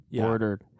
ordered